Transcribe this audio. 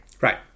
Right